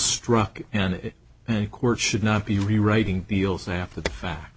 struck and it should not be writing feels now after the fact